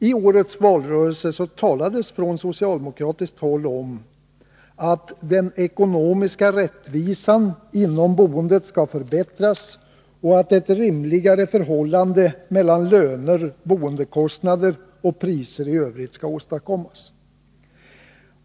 I årets valrörelse talades från socialdemokratiskt håll om att den ekonomiska rättvisan inom boendet skall förbättras och att ett rimligare förhållande mellan löner, boendekostnader och priser i övrigt skall åstadkommas.